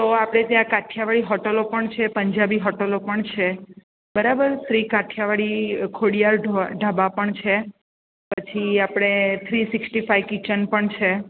તો આપણે ત્યાં કાઠિયાવાડી હોટલો પણ છે પંજાબી હોટલો પણ છે બરાબર શ્રી કાઠિયાવાડી ખોડિયાર ઢાબા પણ છે પછી આપણે થ્રી સિકસ્ટી ફાઈ કિચન પણ છે